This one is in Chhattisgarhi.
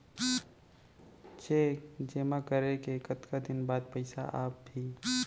चेक जेमा करे के कतका दिन बाद पइसा आप ही?